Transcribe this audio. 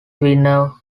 winner